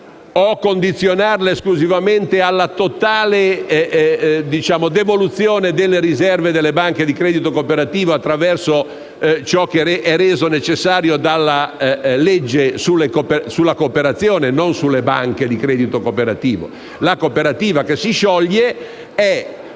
o condizionarla esclusivamente alla totale devoluzione delle riserve delle banche di credito cooperativo attraverso ciò che è reso necessario dalla legge sulla cooperazione (non sulle banche di credito cooperativo)? La cooperativa che si scioglie è